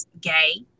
gay